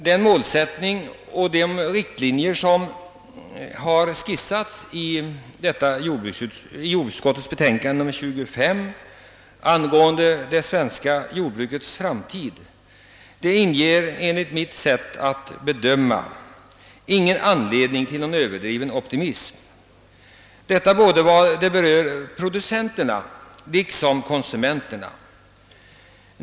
Den målsättning och de riktlinjer som skisserats i jordbruksutskottets utlåtande nr 25 angående det svenska jordbrukets framtid inger ingen överdriven optimism vare sig hos producenterna eller hos konsumenterna.